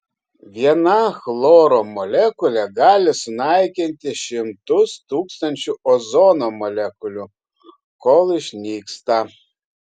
viena chloro molekulė gali sunaikinti šimtus tūkstančių ozono molekulių kol išnyksta